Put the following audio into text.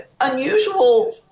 Unusual